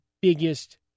biggest